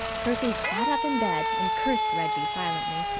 percy sat up in bed, and cursed reggie silently.